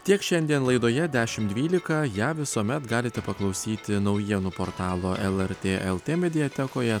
tiek šiandien laidoje dešim dvylika ją visuomet galite paklausyti naujienų lrt lt mediatekoje